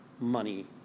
money